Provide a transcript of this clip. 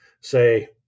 say